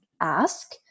ask